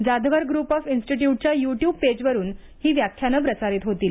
Jadhavar group of इन्स्टिटयूटच्या YouTube पेजवरुन ही व्याख्यानं प्रसारित होणार आहेत